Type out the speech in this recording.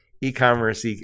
E-commerce